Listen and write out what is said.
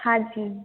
हाँ जी